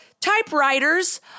typewriters